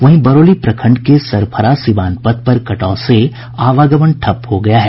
वहीं बरौली प्रखंड के सरफरा सिवान पथ पर कटाव से आवागमन ठप हो गया है